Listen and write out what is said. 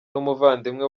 n’umuvandimwe